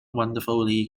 wonderfully